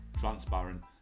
transparent